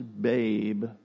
babe